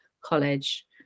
college